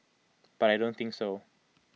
but I don't think so